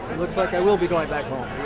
looks like i will be going back home.